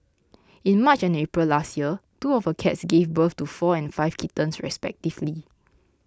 in March and April last year two of her cats gave birth to four and five kittens respectively